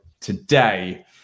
today